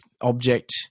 object